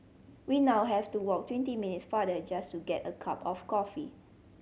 we now have to walk twenty minutes farther just to get a cup of coffee